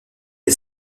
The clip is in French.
est